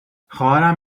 خواهرم